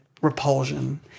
repulsion